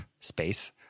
space